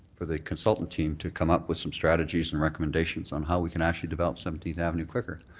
for the consultant team to come up with some strategies and recommendations on how we can actually develop seventeenth avenue quicker.